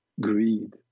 greed